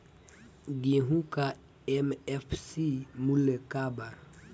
गेहू का एम.एफ.सी मूल्य का बा?